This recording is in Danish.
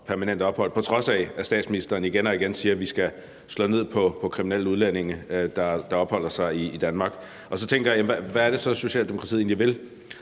permanent ophold, på trods af at statsministeren igen og igen siger, at vi skal slå ned på kriminelle udlændinge, der opholder sig i Danmark. Så tænker jeg: Hvad er det så, Socialdemokratiet egentlig vil?